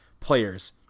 players